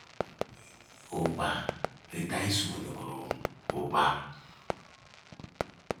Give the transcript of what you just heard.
ova nu itany suwon nu kro ova